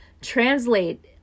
translate